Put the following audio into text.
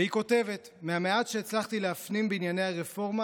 והיא כותבת: "מהמעט שהצלחתי להפנים בענייני הרפורמה,